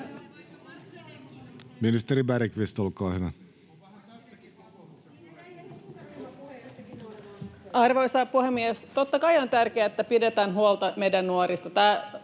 Lindtman sd) Time: 16:12 Content: Arvoisa puhemies! Totta kai on tärkeää, että pidetään huolta meidän nuorista.